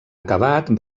acabat